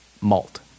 malt